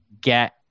get